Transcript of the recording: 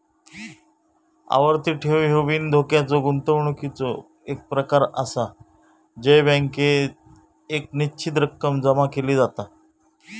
आवर्ती ठेव ह्यो बिनधोक्याच्या गुंतवणुकीचो एक प्रकार आसा जय बँकेत एक निश्चित रक्कम जमा केली जाता